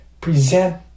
present